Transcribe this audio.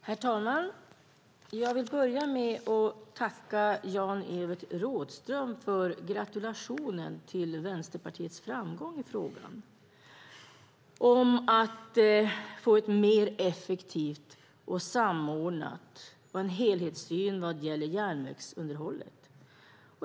Herr talman! Jag tackar Jan-Evert Rådhström för gratulationen till Vänsterpartiets framgång i att få en mer effektiv och samordnad helhetssyn på järnvägsunderhållet.